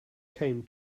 came